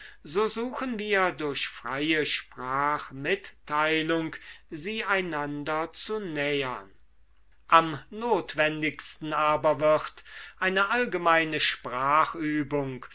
so suchen wir durch freie sprachmitteilung sie einander zu nähern am notwendigsten aber wird eine allgemeine